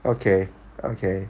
okay okay